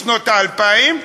בשנות האלפיים,